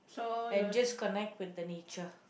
and just connect with the nature